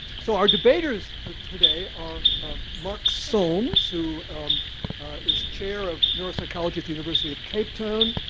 so our debaters ah today are mark solms, who is chair of neuropsychology at the university of capetown,